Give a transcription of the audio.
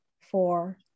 four